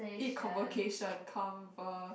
eh convocation conve~